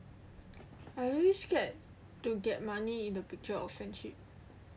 I always scared to get money in the picture of friendship